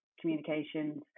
communications